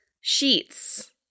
sheets